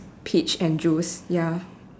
peach and juice ya